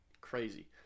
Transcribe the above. crazy